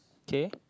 K